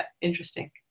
interesting